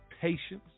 patience